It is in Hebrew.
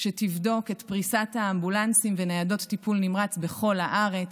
שתבדוק את פריסת האמבולנסים וניידות הטיפול הנמרץ בכל הארץ,